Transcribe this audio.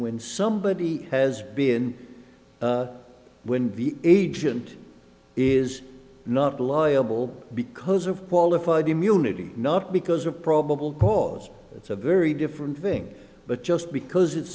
when somebody has been when the agent is not liable because of qualified immunity not because of probable cause it's a very different thing but just because it's